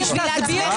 רק בשבילכם